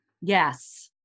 Yes